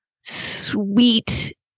sweet